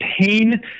pain